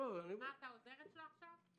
--- מה, את העוזרת שלו עכשיו?